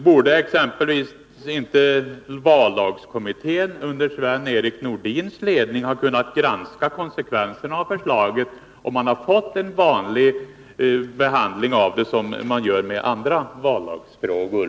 Borde exempelvis inte vallagskommittén under Sven-Erik Nordins ledning ha kunnat granska konsekvenserna av förslaget, så att man hade fått en vanlig behandling — som vid andra vallagsfrågor?